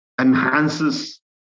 enhances